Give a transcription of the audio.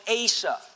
Asa